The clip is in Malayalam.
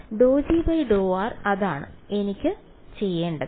അതിനാൽ ∂G∂r അതാണ് എനിക്ക് ചെയ്യേണ്ടത്